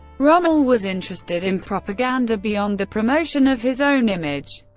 rommel was interested in propaganda, beyond the promotion of his own image.